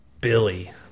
Billy